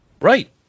right